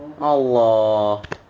!alah!